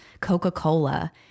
Coca-Cola